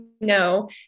no